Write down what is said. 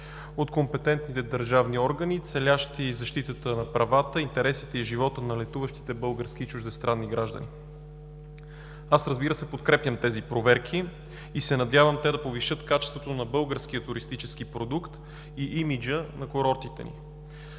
от компетентните държавни органи, целящи защитата на правата, интересите и живота на летуващите български и чуждестранни граждани. Аз, разбира се, подкрепям тези проверки и се надявам те да повишат качеството на българския туристически продукт и имиджа на курортите ни.